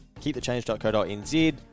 Keepthechange.co.nz